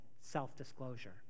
self-disclosure